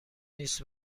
نیست